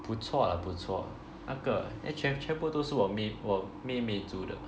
不错不错那个 eh 全全部都是我妹我妹妹煮的